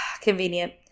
Convenient